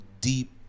deep